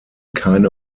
keine